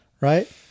Right